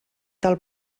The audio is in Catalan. del